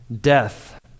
death